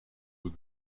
with